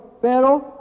Pero